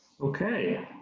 Okay